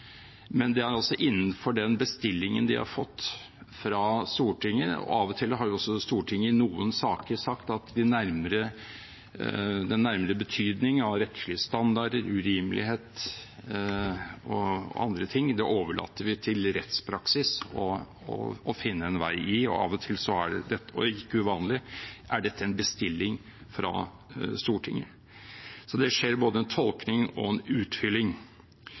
men det er altså innenfor den bestillingen de har fått fra Stortinget. Av og til har også Stortinget i noen saker sagt at den nærmere betydning av rettslige standarder, urimelighet og andre ting overlater vi til rettspraksis å finne en vei i. Av og til, og det er ikke uvanlig, er dette en bestilling fra Stortinget. Så det skjer både en tolkning og en utfylling.